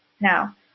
Now